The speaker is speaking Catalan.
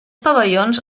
pavellons